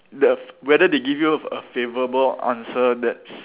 the whether they give a favourable answer that's